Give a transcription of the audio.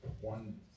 one